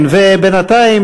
בינתיים,